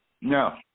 No